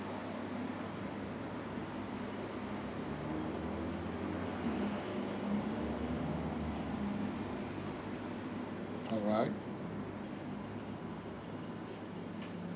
alright